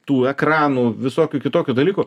tų ekranų visokių kitokių dalykų